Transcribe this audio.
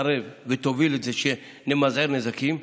שתתערב ותוביל את זה כדי למזער נזקים.